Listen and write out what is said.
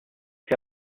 che